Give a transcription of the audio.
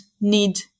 need